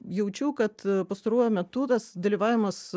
jaučiu kad pastaruoju metu tas dalyvavimas